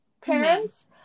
parents